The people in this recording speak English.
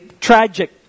tragic